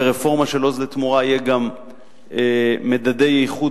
ברפורמה "עוז לתמורה" יהיו גם מדדי איכות